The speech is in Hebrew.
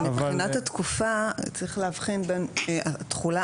גם מבחינת התקופה צריך להבחין בין תחולה